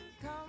come